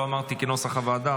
לא אמרתי "כנוסח הוועדה",